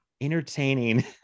entertaining